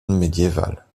médiéval